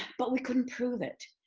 but we couldn't prove it.